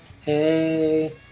Hey